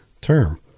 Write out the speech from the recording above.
term